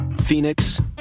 Phoenix